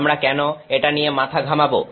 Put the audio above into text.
আমরা কেন এটা নিয়ে মাথা ঘামাবো